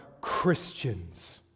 Christians